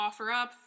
OfferUp